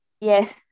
Yes